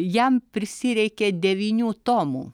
jam prisireikė devynių tomų